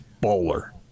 Bowler